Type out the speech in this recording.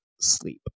sleep